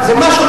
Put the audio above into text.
זה משהו,